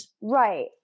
Right